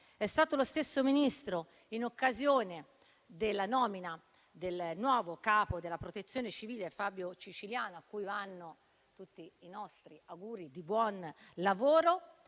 È stato lo stesso Ministro, in occasione della nomina del nuovo capo della Protezione civile Fabio Ciciliano, a cui vanno tutti i nostri auguri di buon lavoro,